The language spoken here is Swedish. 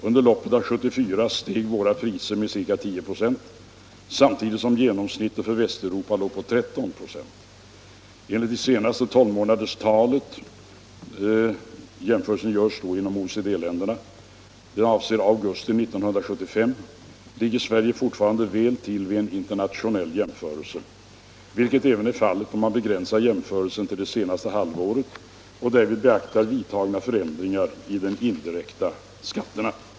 Under loppet av 1974 steg våra priser med ca 10 26 samtidigt som genomsnittet för Västeuropa låg på 13 96. Enligt det senaste tolvmånaderstalet — jämförelsen görs då inom OECD-länderna - som avser augusti 1975 ligger Sverige fortfarande väl till vid en internationell jämförelse, vilket även är fallet om man begränsar jämförelsen till det senaste halvåret och därvid beaktar vidtagna förändringar i de indirekta skatterna.